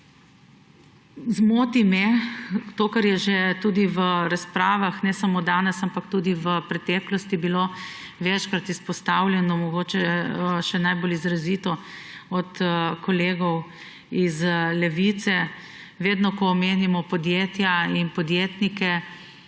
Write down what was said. Zmoti me to, kar je že tudi v razpravah – ne samo danes, ampak tudi v preteklosti bilo večkrat izpostavljeno, mogoče še najbolj izrazito od kolegov iz Levice: vedno, ko omenimo podjetja in podjetnike,